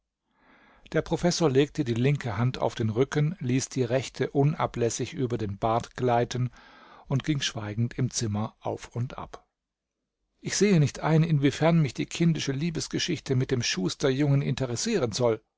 der professor legte die linke hand auf den rücken ließ die rechte unablässig über den bart gleiten und ging schweigend im zimmer auf und ab ich sehe nicht ein inwiefern mich die kindische liebesgeschichte mit dem schusterjungen interessieren soll